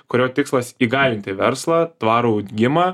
kurio tikslas įgalinti verslą tvarų audgimą